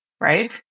right